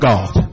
God